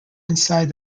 inside